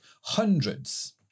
hundreds